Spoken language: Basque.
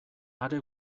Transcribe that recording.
are